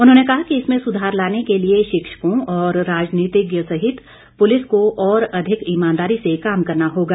उन्होंने कहा कि इसमें सुधार लाने के लिए शिक्षकों और राजनीतिज्ञों सहित पुलिस को और अधिक ईमानदारी से काम करना होगा